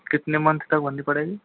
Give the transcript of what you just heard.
कितने मंथ तक भरनी पड़ेगी